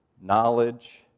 knowledge